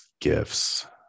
gifts